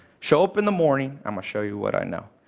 show up in the morning, um i'll show you what i know.